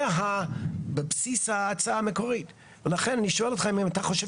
זה בסיס ההצעה המקורית ולכן אני שואל אותך אם אתה חושב